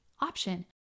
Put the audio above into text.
option